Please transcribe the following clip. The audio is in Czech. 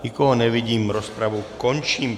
Nikoho nevidím, rozpravu končím.